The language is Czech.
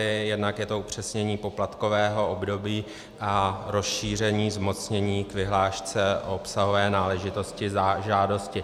Jednak je to upřesnění poplatkového období a rozšíření zmocnění k vyhlášce, obsahové náležitosti, žádosti.